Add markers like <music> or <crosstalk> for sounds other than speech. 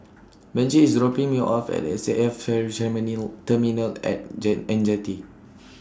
Benji IS dropping Me off At S A F Ferry <unintelligible> Terminal At Jet and Jetty